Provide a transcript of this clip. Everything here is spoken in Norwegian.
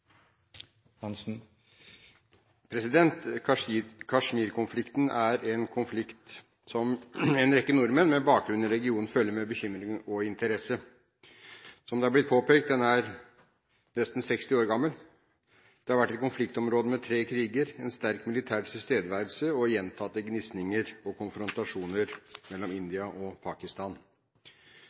regionen følger med bekymring og interesse. Som det har blitt påpekt, er den drøyt 60 år gammel. Det har vært et konfliktområde med tre kriger, sterk militær tilstedeværelse og gjentatte gnisninger og konfrontasjoner mellom India og Pakistan.